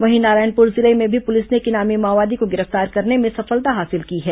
वहीं नारायणपुर जिले में भी पुलिस ने एक इनामी माओवादी को गिरफ्तार करने में सफलता हासिल की है